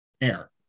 air